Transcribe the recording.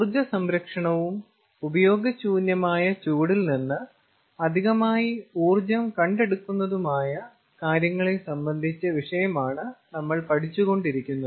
ഊർജ്ജ സംരക്ഷണവും ഉപയോഗ ശൂന്യമായ ചൂടിൽ നിന്ന് അധികമായി ഊർജ്ജം കണ്ടെടുക്കുന്നതുമായ കാര്യങ്ങളെ സംബന്ധിച്ച വിഷയമാണ് നമ്മൾ പഠിച്ചുകൊണ്ടിരിക്കുന്നത്